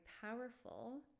powerful